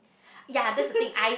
ya that's the thing I